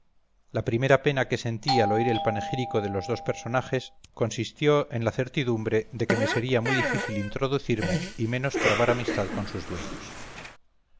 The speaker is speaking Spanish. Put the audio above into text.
la primera pena que sentí al oír el panegírico de los dos personajes consistió en la certidumbre de que me sería muy difícil introducirme y menos trabar amistad con sus dueños